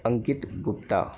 Ankit Gupta